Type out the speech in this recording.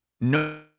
no